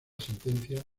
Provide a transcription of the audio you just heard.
sentencia